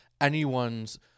anyone's